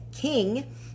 king